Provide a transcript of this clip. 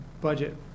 budget